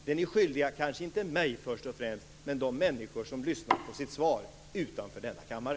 Det är ni skyldiga kanske inte mig först och främst, men de människor som lyssnar på svaret utanför denna kammare.